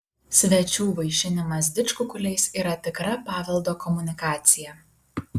svečių vaišinimas didžkukuliais yra tikra paveldo komunikacija